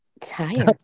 Tired